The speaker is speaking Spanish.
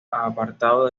apartado